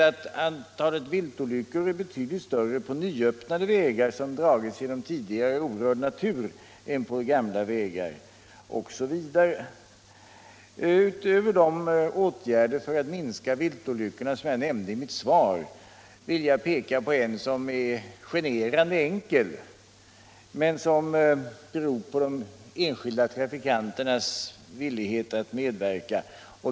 Antalet viltolyckor är betydligt större på nyöppnade vägar, som dragits genom tidigare orörd natur, än på gamla vägar osv. Utöver de åtgärder för att minska viltolyckorna som jag nämnde i mitt svar vill jag peka på en som är generande enkel men som beror på de enskilda trafikanternas villighet att medverka.